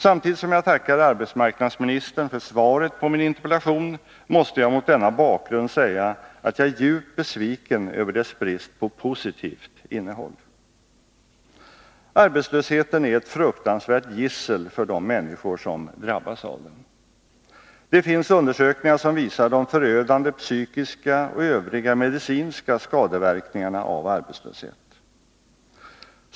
Samtidigt som jag tackar arbetsmarknadsministern för svaret på min interpellation måste jag mot denna bakgrund säga, att jag är djupt besviken över dess brist på positivt innehåll. Arbetslösheten är ett fruktansvärt gissel för de människor som drabbas av den. Det finns undersökningar som visar de förödande psykiska och övriga medicinska skadeverkningarna av arbetslöshet.